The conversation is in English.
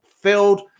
filled